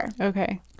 Okay